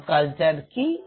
sub culture কি